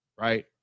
right